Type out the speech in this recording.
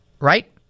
Right